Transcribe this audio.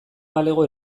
balego